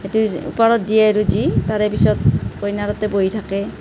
সেইটো ওপৰত দিয়ে আৰু দি তাৰে পিছত কইনা তাতে বহি থাকে